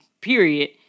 period